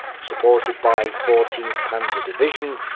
supported by fourteenth panzer division,